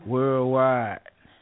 Worldwide